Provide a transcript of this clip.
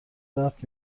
رفت